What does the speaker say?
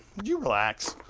you relax?